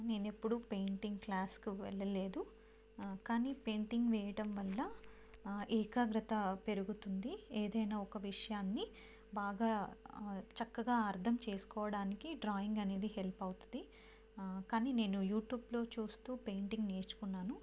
నేనెప్పుడు పెయింటింగ్ క్లాస్కు వెళ్ళలేదు కానీ పెయింటింగ్ వెయ్యడం వల్ల ఏకాగ్రత పెరుగుతుంది ఏదైనా ఒక విషయాన్ని బాగా చక్కగా అర్థం చేసుకోవడానికి డ్రాయింగ్ అనేది హెల్ప్ అవుతుంది కానీ నేను యూట్యూబ్లో చూస్తూ పెయింటింగ్ నేర్చుకున్నాను